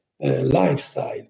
lifestyle